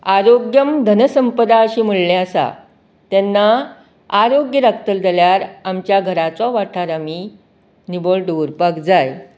आरोग्यम धनसंपदा अशी म्हळ्ळें आसा तेन्ना आरोग्य राखतले जाल्यार आमच्या घराचो वाठार आमी निवळ दवरपाक जाय